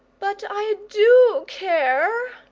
but i do care,